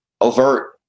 overt